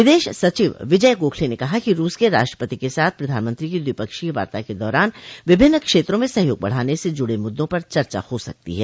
विदेश सचिव विजय गोखले ने कहा कि रूस के राष्ट्रपति के साथ प्रधानमंत्री की द्विपक्षीय वार्ता के दौरान विभिन्न क्षेत्रों में सहयोग बढ़ाने से जुड़े मुद्दों पर चर्चा हो सकती है